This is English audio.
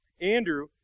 Andrew